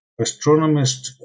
astronomist